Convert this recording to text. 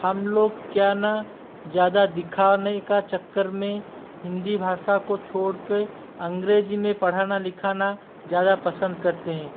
हमलोग क्या ना ज़्यादा दिखाने का चक्कर में हिंदी भाषा को छोड़ कर अंग्रेजी में पढ़ाना लिखाना ज़्यादा पसंद करते हैं